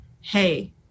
hey